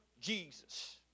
Jesus